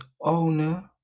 owner